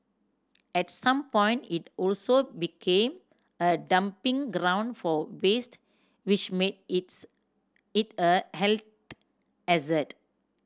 at some point it also became a dumping ground for waste which made its it a health hazard